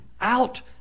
out